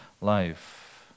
life